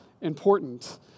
important